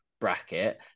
bracket